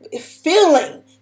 feeling